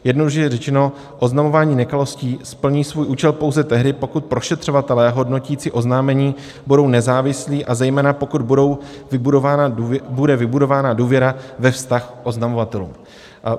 Jednoduše řečeno, oznamování nekalostí splní svůj účel pouze tehdy, pokud prošetřovatelé hodnotící oznámení budou nezávislí, a zejména pokud bude vybudována důvěra ve vztah k oznamovatelům.